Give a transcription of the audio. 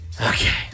Okay